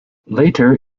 later